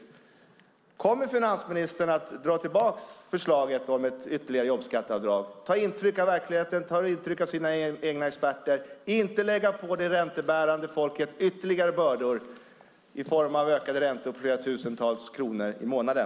Kommer finansministern att dra tillbaka förslaget om ett ytterligare jobbskatteavdrag, ta intryck av verkligheten, ta intryck av sina egna experter och inte lägga på det räntebärande folket ytterligare bördor i form av ökade räntor på flera tusentals kronor i månaden?